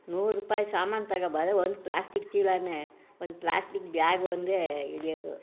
ನೂರು ರೂಪಾಯಿ ಸಾಮಾನು ತಗೋ ಬಂದರೆ ಒಂದು ಪ್ಲ್ಯಾಸ್ಟಿಕ್ ಚೀಲವೇ ಒಂದು ಪ್ಲ್ಯಾಸ್ಟಿಕ್ ಬ್ಯಾಗ್ ಒಂದೇ ಹಿಡಿಯೋದು